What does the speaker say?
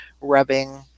rubbing